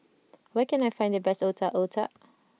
where can I find the best Otak Otak